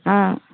ஆ